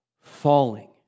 Falling